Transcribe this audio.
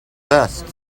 vest